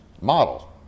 model